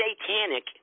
satanic